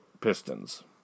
Pistons